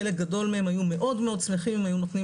חלק גדול מהם היו מאוד מאוד שמחים אם היו נותנים